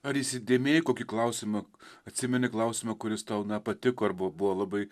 ar įsidėmėjai kokį klausimą atsimeni klausimą kuris tau na patiko arba buvo labai